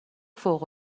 فوق